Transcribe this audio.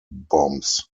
bombs